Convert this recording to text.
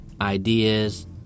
ideas